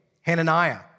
Hananiah